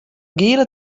giele